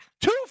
Two